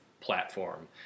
platform